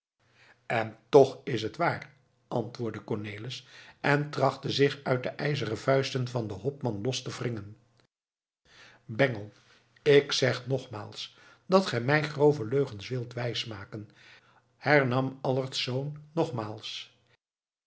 en toch is het waar antwoordde cornelis en trachtte zich uit de ijzeren vuisten van den hopman los te wringen bengel ik zeg nogmaals dat gij mij grove leugens wilt wijsmaken hernam allertsz nogmaals